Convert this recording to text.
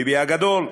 ביבי הגדול,